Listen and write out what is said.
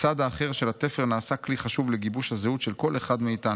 הצד האחר של התפר נעשה כלי חשוב לגיבוש הזהות של כל אחד מאיתנו.